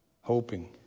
hoping